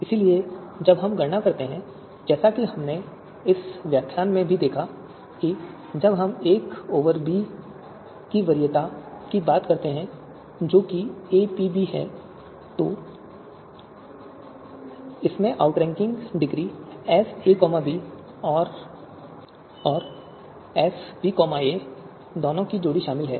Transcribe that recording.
इसलिए जब हम गणना करते हैं जैसा कि हमने इस व्याख्यान में भी देखा कि जब हम एक ओवर बी की वरीयता के बारे में बात कर रहे हैं जो कि एपीबी है तो इसमें outranking degree S A B और एस बी ए दोनों की जोड़ी शामिल है